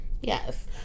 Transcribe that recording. Yes